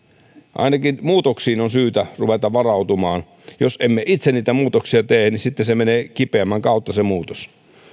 ainakin muutoksiin on syytä ruveta varautumaan jos emme itse niitä muutoksia tee niin sitten se muutos menee kipeämmän kautta